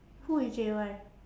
who is J Y